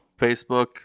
facebook